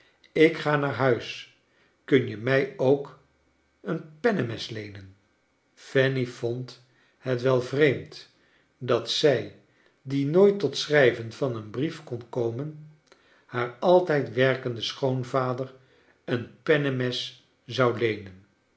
ik ga naar huis kun je mij ook een pennemes leenen fanny vond het wel vreemd dat zij die nooit tot het schrijven van een brief kon komen haar altijd werkenden schoonvader een pennemes zou leenen